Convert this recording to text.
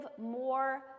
more